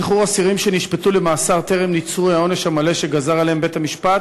שחרור אסירים שנשפטו למאסר טרם ריצוי העונש המלא שגזר עליהם בית-המשפט